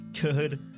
Good